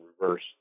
reverse